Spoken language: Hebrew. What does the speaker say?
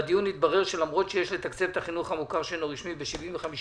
בדיון התברר שלמרות שיש לתקצב את החינוך המוכר שאינו רשמי ב-75%